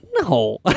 No